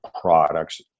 products